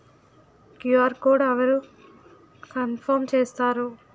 QR code అవరు confirm చేస్తారు?